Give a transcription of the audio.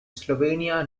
slovenia